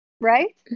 Right